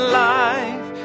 life